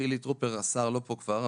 השר חילי טרופר לא פה כבר,